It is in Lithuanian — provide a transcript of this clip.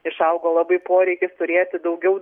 išaugo labai poreikis turėti daugiau